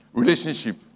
relationship